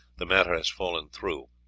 the matter has fallen through.